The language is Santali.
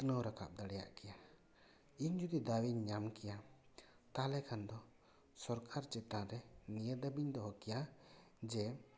ᱩᱛᱱᱟᱹᱣ ᱨᱟᱠᱟᱵ ᱫᱟᱲᱮᱭᱟᱜ ᱠᱮᱭᱟ ᱤᱧ ᱡᱩᱫᱤ ᱫᱟᱣ ᱤᱧ ᱧᱟᱢ ᱠᱮᱭᱟ ᱛᱟᱦᱚᱞᱮ ᱠᱷᱟᱱ ᱫᱚ ᱥᱚᱨᱠᱟᱨ ᱪᱮᱛᱟᱱ ᱨᱮ ᱱᱤᱭᱟᱹ ᱫᱟᱹᱵᱤᱧ ᱫᱚᱦᱚ ᱠᱮᱭᱟ ᱡᱮ